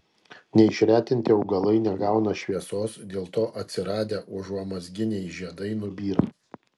neišretinti augalai negauna šviesos dėl to atsiradę užuomazginiai žiedai nubyra